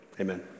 Amen